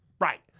Right